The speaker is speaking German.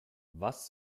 was